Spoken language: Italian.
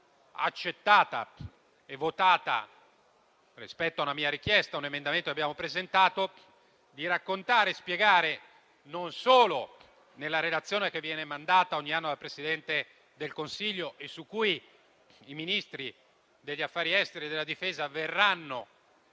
accettata e votata una mia richiesta contenuta in un emendamento che abbiamo presentato, tesa a raccontare e spiegare - nella relazione che viene mandata ogni anno dal Presidente del Consiglio e che i Ministri degli affari esteri e della difesa verranno